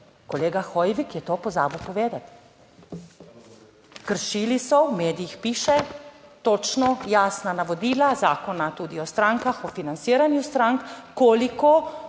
kolega Hoivik je to pozabil povedati. Kršili so, v medijih piše, točno jasna navodila zakona, tudi o strankah, o financiranju strank, koliko